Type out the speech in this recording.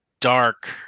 dark